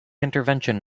intervention